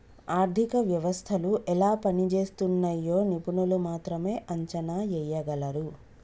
ఆర్థిక వ్యవస్థలు ఎలా పనిజేస్తున్నయ్యో నిపుణులు మాత్రమే అంచనా ఎయ్యగలరు